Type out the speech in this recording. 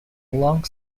long